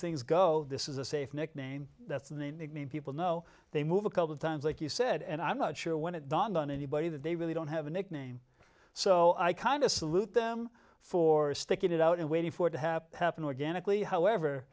things go this is a safe nickname that's the name nickname people know they move a couple times like you said and i'm not sure when it dawned on anybody that they really don't have a nickname so i kind of salute them for sticking it out and waiting for it to have happen organically however